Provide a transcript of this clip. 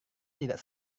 tidak